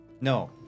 No